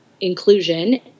inclusion